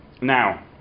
now